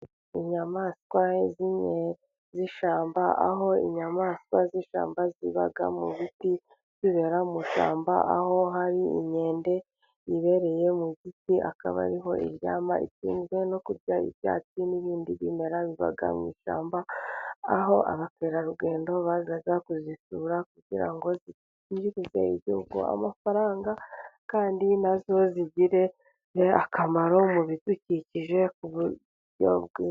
Inyamaswa z'ishyamba, aho inyamaswa z'ishyamba ziba mu biti bibera mu ishyamba, aho hari inkende yibereye mu giti, akaba ari ho iryama, itunzwe no kurya ibyatsi n'ibindi bimera biba mu ishyamba, aho abakerarugendo baza kuzisura kugira ngo zinjirize igihugu amafaranga, kandi nazo zigire akamaro mu bidukikije ku buryo bwiza.